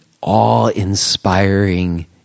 awe-inspiring